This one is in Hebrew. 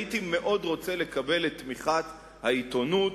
הייתי מאוד רוצה לקבל את תמיכת העיתונות,